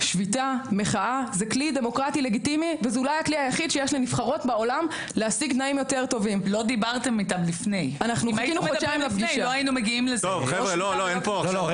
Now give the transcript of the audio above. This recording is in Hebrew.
מכלום ושום דבר הם הפכו להיות אלופי המדינה בנוער.